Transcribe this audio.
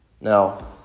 Now